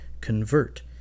convert